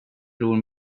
bror